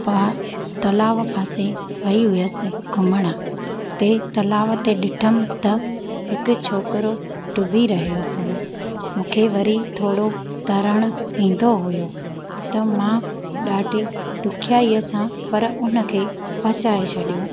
पा तलाउ पासे वेई हुअसि घुमणु हुते तलाउ ते ॾिठमि त हिकु छोकरो ॾुबी रहियो हुओ मूंखे वरी थोरो तरणु ईंदो हुओ त मां ॾाढी ॾुखियाईअ सां पर हुनखे बचाए छॾियो